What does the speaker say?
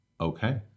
Okay